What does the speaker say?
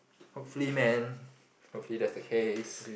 hopefully man hopefully that's the case